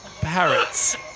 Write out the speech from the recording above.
parrots